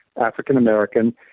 African-American